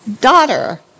daughter